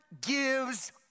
gives